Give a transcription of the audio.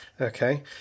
Okay